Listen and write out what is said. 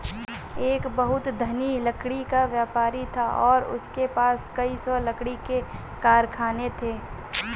एक बहुत धनी लकड़ी का व्यापारी था और उसके पास कई सौ लकड़ी के कारखाने थे